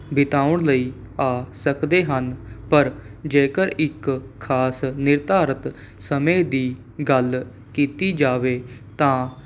ਬਿਤਾਉਣ ਲਈ ਆ ਸਕਦੇ ਹਨ ਪਰ ਜੇਕਰ ਇੱਕ ਖਾਸ ਨਿਰਧਾਰਤ ਸਮੇਂ ਦੀ ਗੱਲ ਕੀਤੀ ਜਾਵੇ ਤਾਂ